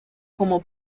como